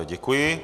Děkuji.